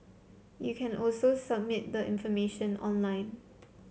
you can also submit the information online